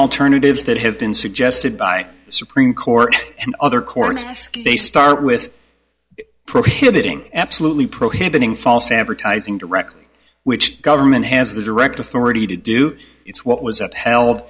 alternatives that have been suggested by the supreme court and other courts ask they start with prohibiting absolutely prohibiting false advertising directly which government has the direct authority to do it's what was